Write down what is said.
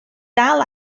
dal